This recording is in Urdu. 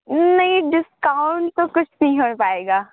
نہیں ڈسکاؤنٹ تو کچھ نہیں ہو پائے گا